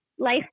life